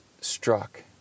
struck